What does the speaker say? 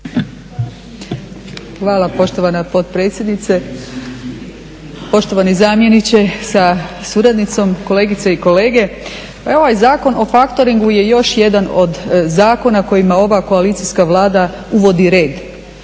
Hvala poštovana potpredsjednice, poštovani zamjeniče sa suradnicom, kolegice i kolege. Pa ovaj Zakon o faktoringu je još jedan od zakona kojima ova koalicijska Vlada uvodi red.